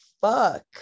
fuck